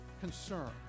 concern